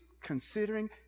considering